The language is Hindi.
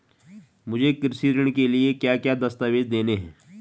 मुझे कृषि ऋण के लिए क्या क्या दस्तावेज़ देने हैं?